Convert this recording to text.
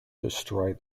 destroy